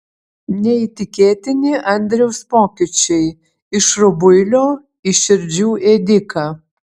neįtikėtini andriaus pokyčiai iš rubuilio į širdžių ėdiką